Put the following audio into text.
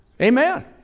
Amen